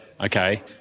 okay